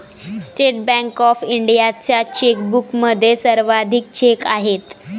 state Bank of इंडियाच्या चेकबुकमध्ये सर्वाधिक चेक आहेत